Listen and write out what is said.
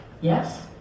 Yes